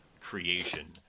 creation